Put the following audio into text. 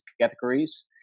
categories